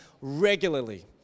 regularly